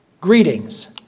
Greetings